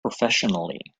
professionally